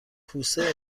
کوسه